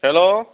hello